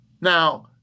Now